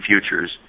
futures